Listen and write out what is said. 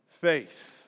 faith